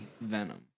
Venom